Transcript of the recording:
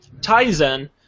Tizen